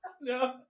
No